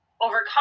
overcome